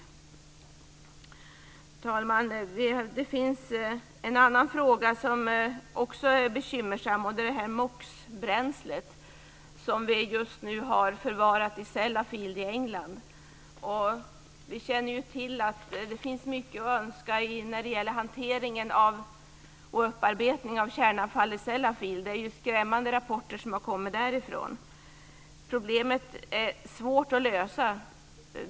Fru talman! Det finns en annan fråga som också är bekymmersam, och det är MOX-bränslet, som vi nu har förvarat i Sellafield i England. Vi känner till att det finns mycket att önska när det gäller hanteringen och upparbetningen av kärnavfallet i Sellafield. Det är skrämmande rapporter som har kommit därifrån. Problemet är svårt att lösa.